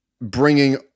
bringing